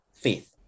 faith